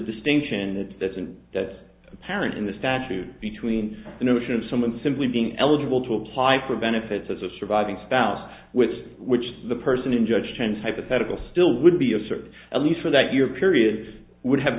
distinction that doesn't that apparent in the statute between the notion of someone simply being eligible to apply for benefits as a surviving spouse with which the person in judge chance hypothetical still would be a certain at least for that year period would have